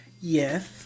yes